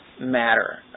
matter